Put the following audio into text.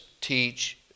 teach